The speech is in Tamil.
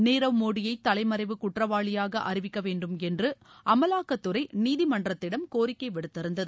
நீரவ் மோடியை தவைமறைவு குற்றவாளியாக அறிவிக்க வேண்டும் என்ற அமலாக்கத்துறை நீதிமன்றத்திடம் கோரிக்கை விடுத்திருந்தது